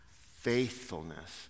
faithfulness